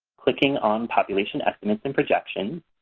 clicking on population estimates and projections,